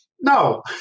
No